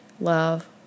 love